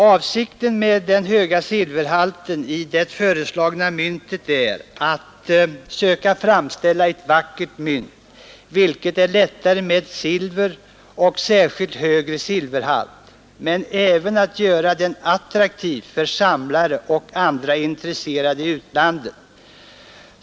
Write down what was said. Avsikten med den höga silverhalten i det föreslagna myntet är att söka framställa ett vackert mynt, vilket är lättare att göra med användning av silver, särskilt vid högre silverhalt, men även att göra myntet attraktivt för samlare och andra intresserade i utlandet.